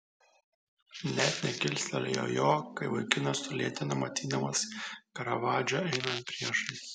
net nekilstelėjo jo kai vaikinas sulėtino matydamas karavadžą einant priešais